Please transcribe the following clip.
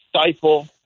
stifle